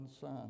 son